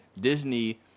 Disney